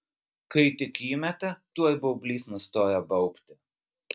kai tik įmeta tuoj baublys nustoja baubti